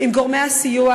עם גורמי הסיוע,